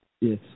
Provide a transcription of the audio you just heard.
yes